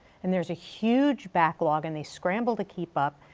and there's a huge backlog and they scramble to keep up,